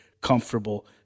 comfortable